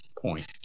point